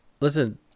listen